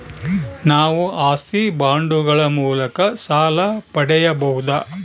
ನಾವು ಆಸ್ತಿ ಬಾಂಡುಗಳ ಮೂಲಕ ಸಾಲ ಪಡೆಯಬಹುದಾ?